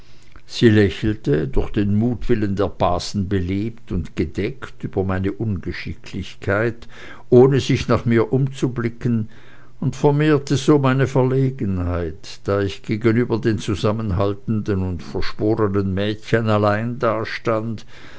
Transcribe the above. sie lächelte durch den mutwillen der basen belebt und gedeckt über meine ungeschicklichkeit ohne sich nach mir umzublicken und vermehrte so meine verlegenheit da ich gegenüber den zusammenhaltenden und verschworenen mädchen allein dastand